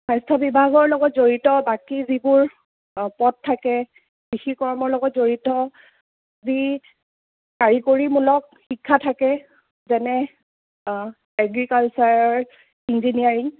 স্বাস্থ্য বিভাগৰ লগত জড়িত বাকী যিবোৰ পদ থাকে কৃষিকৰ্মৰ লগত জড়িত যি কাৰিকৰীমূলক শিক্ষা থাকে যেনে এগ্ৰিকালচাৰ ইঞ্জিনিয়াৰিং